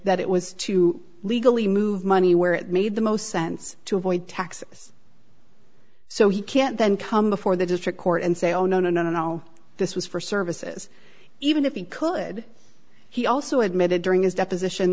that it was to legally move money where it made the most sense to avoid taxes so you can't then come before the district court and say oh no no no no this was for services even if he could he also admitted during his deposition